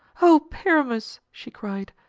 o pyramus, she cried,